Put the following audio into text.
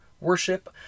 worship